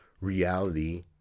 reality